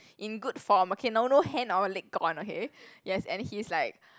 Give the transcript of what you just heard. in good form okay no no hand or leg gone okay yes and he's like